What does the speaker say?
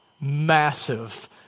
massive